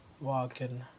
Walking